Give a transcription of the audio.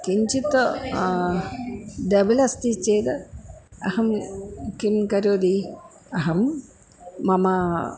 किञ्चित् डबिल् अस्ति चेद् अहं किं करोमि अहं मम